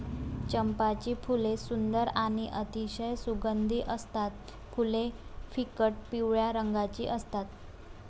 चंपाची फुले सुंदर आणि अतिशय सुगंधी असतात फुले फिकट पिवळ्या रंगाची असतात